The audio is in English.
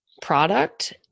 product